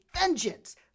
vengeance